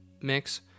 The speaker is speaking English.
mix